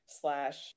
slash